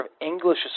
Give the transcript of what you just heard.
English